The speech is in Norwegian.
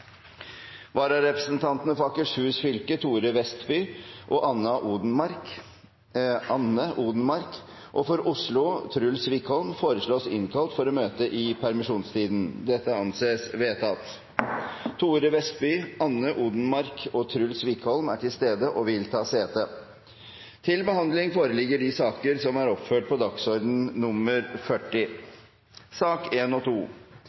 Vararepresentantene, for Akershus fylke Thore Vestby og Anne Odenmarck og for Oslo Truls Wickholm, innkalles for å møte i permisjonstiden. Thore Vestby, Anne Odenmarck og Truls Wickholm er til stede og vil ta sete. Sakene nr. 1 og 2 er interpellasjoner, og presidenten vil med henvisning til forretningsordenens § 79 foreslå å avvike den alminnelige behandlingsmåten for interpellasjonsdebatter ved at disse blir behandlet sammen. De